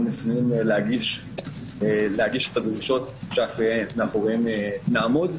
מעוניינים להגיש את הדרישות שמאחוריהן נעמוד.